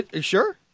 Sure